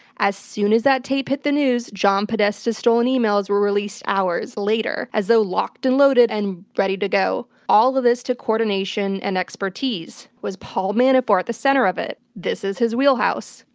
as soon as that tape hit the news, john podesta's stolen emails were released hours later, as though locked and loaded and ready to go. all of this took coordination and expertise. was paul manafort at the center of it? this is his wheelhouse.